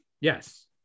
Yes